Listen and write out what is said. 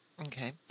Okay